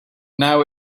now